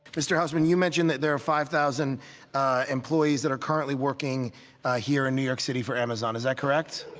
mr. husman, you mentioned that there are five thousand employees that are currently working here in new york city for amazon, is that correct?